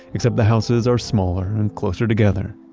except the houses are smaller and and closer together.